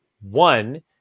One